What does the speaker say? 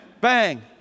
bang